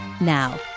Now